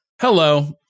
Hello